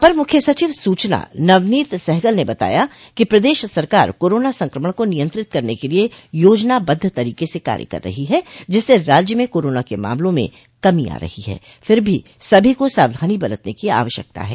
अपर मुख्य सचिव सूचना नवनीत सहगल ने बताया कि पदश सरकार कोरोना संक्रमण को नियंत्रित करने के लिये योजनाबद्ध तरीके से कार्य कर रही है जिससे राज्य में कोरोना के मामलों में कमी आ रही है फिर भी सभी को सावधानी बरतने की आवश्यकता है